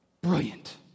Brilliant